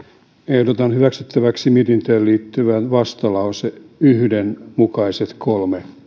ehdotan hyväksyttäväksi mietintöön liittyvän vastalauseen yksi mukaiset kolme